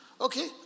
okay